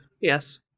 Yes